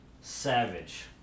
Savage